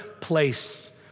place